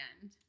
end